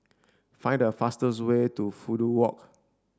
find the fastest way to Fudu Walk